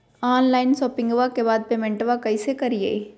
Online शोपिंग्बा के बाद पेमेंटबा कैसे करीय?